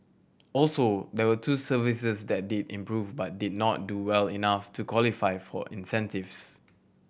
also there were two services that did improve but did not do well enough to qualify for incentives